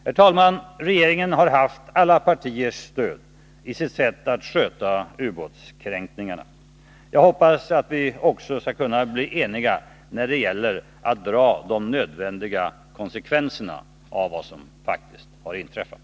Herr talman! Regeringen har haft alla partiers stöd i sitt sätt att sköta ubåtskränkningarna. Jag hoppas att vi också skall kunna bli eniga när det gäller att dra de nödvändiga konsekvenserna av vad som har inträffat.